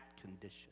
condition